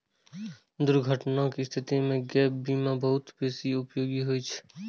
दुर्घटनाक स्थिति मे गैप बीमा बहुत बेसी उपयोगी होइ छै